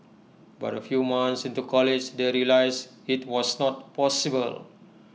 but A few months into college they realised IT was not possible